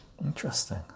Interesting